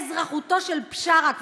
ואזרחותו של בשארה.